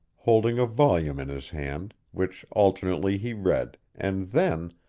holding a volume in his hand, which alternately he read, and then,